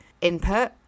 input